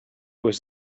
was